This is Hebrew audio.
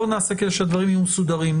בוא נעשה, כדי שהדברים יהיו מסודרים.